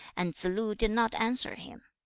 and tsze-lu did not answer him.